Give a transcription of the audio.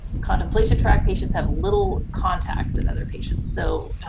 contemplation track patients have little contact with other patients, so,